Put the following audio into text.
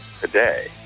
today